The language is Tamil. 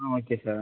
ah okay sir